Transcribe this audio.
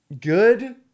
Good